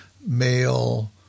male